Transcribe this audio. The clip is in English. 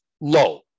low